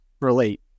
relate